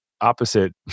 opposite